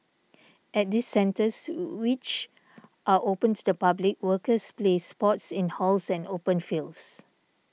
at these centres which are open to the public workers play sports in halls and open fields